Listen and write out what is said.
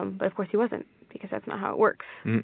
um but of course he wasn't, because that's not how it works,